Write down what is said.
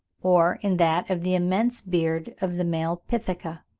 or in that of the immense beard of the male pithecia.